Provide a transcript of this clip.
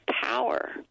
power